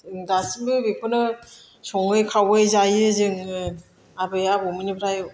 दासिमबो बेखौनो सङै खावै जायो जोङो आबै आबौमोननिफ्राय